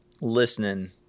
listening